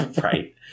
Right